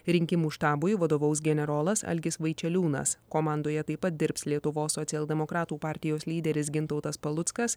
rinkimų štabui vadovaus generolas algis vaičeliūnas komandoje taip pat dirbs lietuvos socialdemokratų partijos lyderis gintautas paluckas